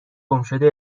گمشده